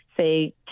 say